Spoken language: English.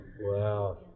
wow